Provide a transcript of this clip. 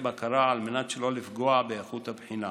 בקרה על מנת שלא לפגוע באיכות הבחינה.